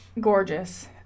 gorgeous